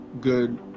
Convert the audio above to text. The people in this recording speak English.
good